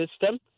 system